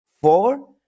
Four